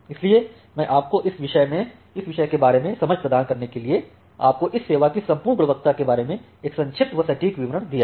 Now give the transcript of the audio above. इसलिए मैं आपको इस विषय के बारे में समझ प्रदान करने के लिए आपको इस सेवा की संपूर्ण गुणवत्ता के बारे में एक संक्षिप्त एवं सटीक विवरण दिया है